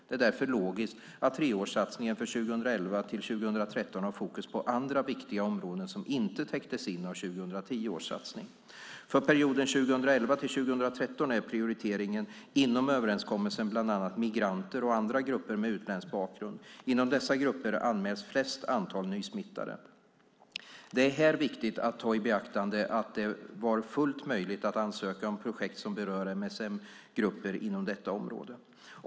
Det är därför logiskt att treårssatsningen för 2011-2013 har fokus på andra viktiga områden som inte täcktes in av 2010 års satsning. För perioden 2011-2013 är prioriteringen inom överenskommelsen bland annat migranter och andra grupper med utländsk bakgrund. Inom dessa grupper anmäls flest antal nysmittade. Det är här viktigt att ta i beaktande att det var fullt möjligt att ansöka om projekt som berör MSM-grupper inom detta område.